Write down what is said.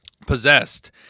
possessed